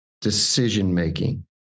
decision-making